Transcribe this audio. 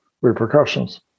repercussions